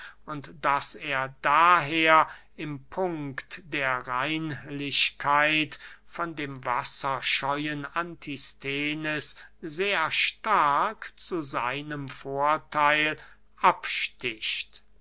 und daß er daher im punkt der reinlichkeit von dem wasserscheuen antisthenes sehr stark zu seinem vortheil absticht